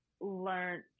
learned